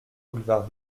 boulevard